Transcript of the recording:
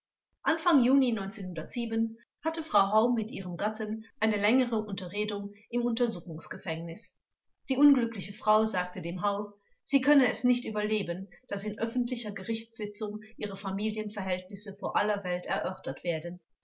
anfang juni und hatte frau hau mit ihrem gatten eine längere unterredung im untersuchungsgefängnis die unglückliche frau sagte dem hau sie könne es nicht überleben daß in öffentlicher gerichtssitzung ihre familienverhältnisse vor aller welt erörtert werden